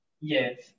yes